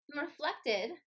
reflected